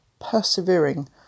persevering